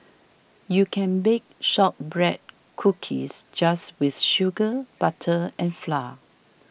you can bake Shortbread Cookies just with sugar butter and flour